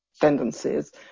tendencies